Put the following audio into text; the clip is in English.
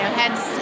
heads